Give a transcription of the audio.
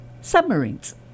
Submarines